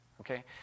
Okay